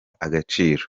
agaciro